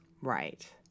Right